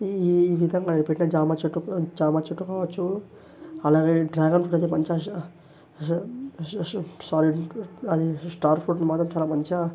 ఈ ఈ విధంగా పెట్టిన జామ చెట్టుకు జామ చెట్టు కావచ్చు అలాగే డ్రాగన్ ఫ్రూట్ అయితే మంచిగా డ్రాగన్ ఫ్రూట్ మాత్రం చాలా మంచిగా